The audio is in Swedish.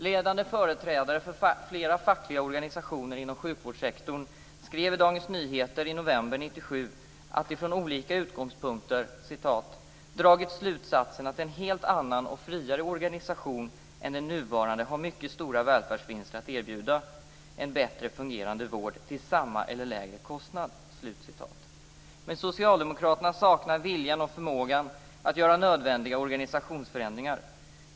Ledande företrädare för flera fackliga organisationer inom sjukvårdssektorn skrev i Dagens Nyheter i november 1997 att de från olika utgångspunkter "dragit slutsatsen att en helt annan och friare organisation än den nuvarande har mycket stora välfärdsvinster att erbjuda en bättre fungerade vård till samma eller lägre kostnad". Men socialdemokraterna saknar viljan och förmågan att göra nödvändiga organisationsförändringar.